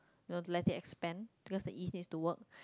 no let it expand because the yeast need to work